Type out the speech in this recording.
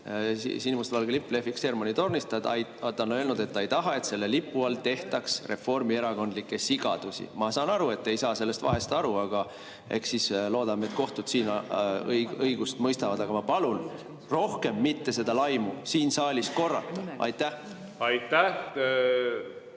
sinimustvalge lipp lehviks Hermanni tornis. Ta on öelnud, et ta ei taha, et selle lipu all tehtaks reformierakondlikke sigadusi. Ma saan aru, et te ei saa sellest vahest aru, aga eks siis loodame, et kohtud siin õigust mõistavad. Aga ma palun rohkem mitte seda laimu siin saalis korrata! Aitäh